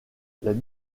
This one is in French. les